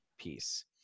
piece